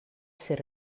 ser